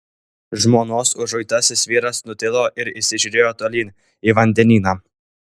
žmonos užuitasis vyras nutilo ir įsižiūrėjo tolyn į vandenyną